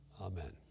Amen